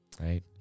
right